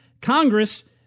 Congress